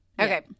okay